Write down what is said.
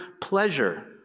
pleasure